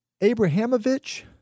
Abrahamovich